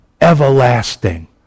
everlasting